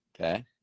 okay